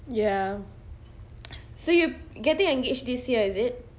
ya so you getting engaged this year is it